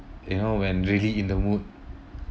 you know when really in the mood